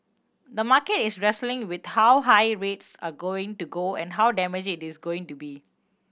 the market is wrestling with how high rates are going to go and how damage it's going to be